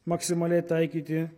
maksimaliai taikyti